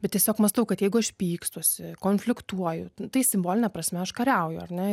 bet tiesiog mąstau kad jeigu aš pykstuosi konfliktuoju tai simboline prasme aš kariauju ar ne